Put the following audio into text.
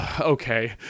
okay